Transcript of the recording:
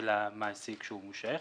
המעסיק שהוא מושך.